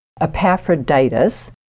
Epaphroditus